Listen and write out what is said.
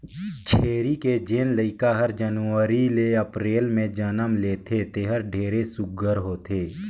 छेरी के जेन लइका हर जनवरी ले अपरेल में जनम लेथे तेहर ढेरे सुग्घर होथे